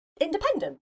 independent